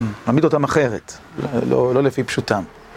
מעמיד אותם אחרת, לא לפי פשוטם